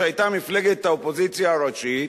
שהיתה מפלגת האופוזיציה הראשית,